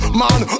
man